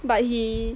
but he